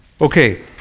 okay